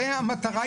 הרי המטרה היא להקל.